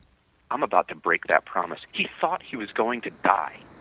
i'm about to break that promise. he thought he was going to die,